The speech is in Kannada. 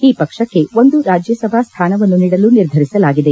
ಈ ಪಕ್ಷಕ್ಕೆ ಒಂದು ರಾಜ್ಯಸಭಾ ಸ್ವಾನವನ್ನು ನೀಡಲು ನಿರ್ಧರಿಸಲಾಗಿದೆ